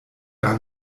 gar